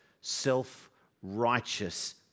self-righteous